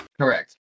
correct